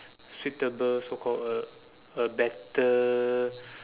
suitable so called uh a better